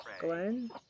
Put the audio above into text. Glenn